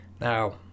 Now